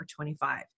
25